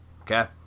Okay